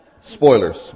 Spoilers